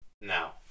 now